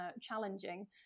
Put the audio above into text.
challenging